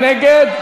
מי נגד?